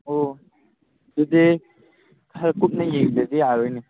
ꯑꯣ ꯑꯗꯨꯗꯤ ꯈꯔ ꯀꯨꯞꯅ ꯌꯦꯡꯗ꯭ꯔꯗꯤ ꯌꯥꯔꯣꯏꯅꯦ